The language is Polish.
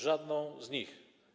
Żadną z nich.